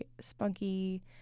Spunky